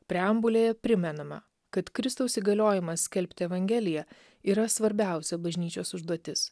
preambulėje primenama kad kristaus įgaliojimas skelbti evangeliją yra svarbiausia bažnyčios užduotis